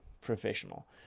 professional